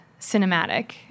cinematic